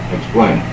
Explain